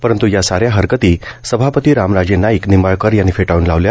परंतु या साऱ्या हरकती सभापती रामराजे नाईक निंबाळकर यांनी फेटाळून लावल्या